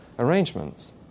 arrangements